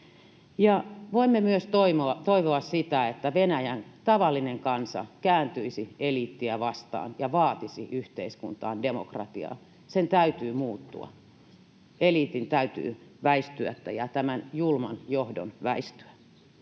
voimme myös toivoa sitä, että Venäjän tavallinen kansa kääntyisi eliittiä vastaan ja vaatisi yhteiskuntaan demokratiaa. Sen täytyy muuttua, eliitin täytyy väistyä ja tämän julman johdon väistyä.